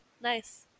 Nice